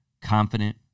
Confident